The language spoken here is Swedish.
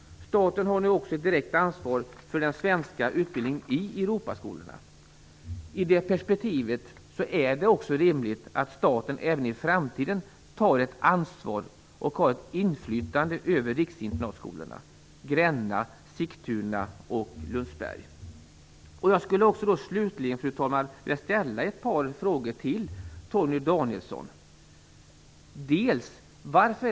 Staten har också ett direkt ansvar för den svenska utbildningen i Europaskolorna. I det perspektivet är det också rimligt att staten även i framtiden tar ett ansvar för och har inflytande över riksinternatskolorna: Gränna, Sigtuna och Lundsberg. Jag skulle slutligen, fru talman, vilja ställa ett par frågor till Torgny Danielsson.